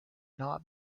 not